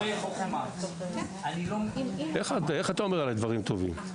אמרת דברי חוכמה -- איך אתה אומר עליי דברים טובים?